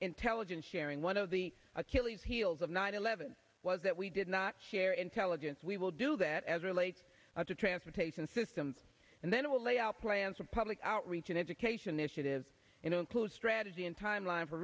intelligence sharing one of the achilles heels of nine eleven was that we did not share intelligence we will do that as relates to transportation system and then we'll lay out plans for public outreach an education initiative in an include strategy in timeline for